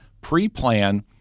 pre-plan